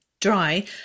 dry